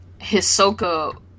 Hisoka